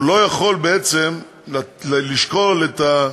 הוא לא יכול בעצם לשקול את,